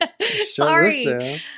Sorry